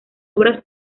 obras